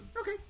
Okay